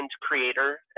creator